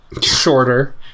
shorter